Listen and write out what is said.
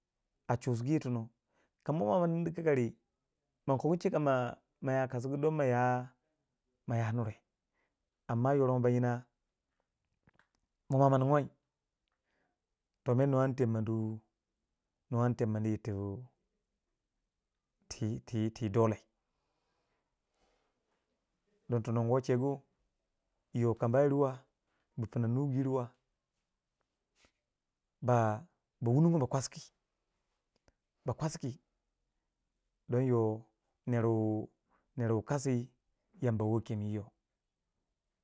a chusugu yitono kam mwa ma nindi kikari mmakogu chika ma ma ya kasugu don ma ya nure amma yoron ba nyina mo mwa ma ninguwi toh mer mo a tem mo do mo an temmo ti- ti tiyi dole, don tono nwo chegu yo kama yirwa bu pina bongo yirwa ba ba wunogo ba kwaski ba kwaski donyoh neru neru wu kasi yamba wo kem yi yo.